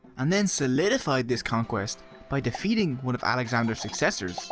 and then solidified this conquest by defeating one of alexander's successor,